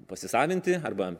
pasisavinti arba